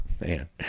man